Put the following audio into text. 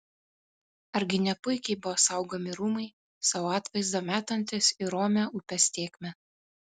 argi ne puikiai buvo saugomi rūmai savo atvaizdą metantys į romią upės tėkmę